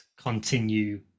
continue